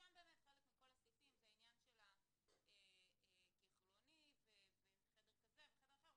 ושם חלק מכל הסעיפים זה העניין של הכחלוני וחדר כזה או חדר אחר,